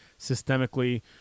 systemically